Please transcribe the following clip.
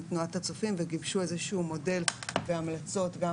תנועת הצופים וגיבשו איזשהו מודל והמלצות גם